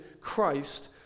Christ